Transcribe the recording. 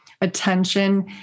Attention